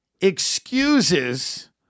excuses